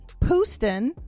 Pouston